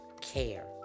care